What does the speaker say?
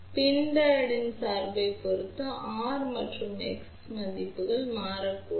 எனவே PIN டையோட்டின் சார்பைப் பொறுத்து R மற்றும் X இன் மதிப்புகள் மாறக்கூடும்